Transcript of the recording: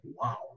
wow